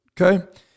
Okay